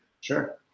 Sure